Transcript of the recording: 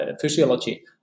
physiology